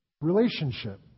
relationship